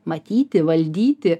matyti valdyti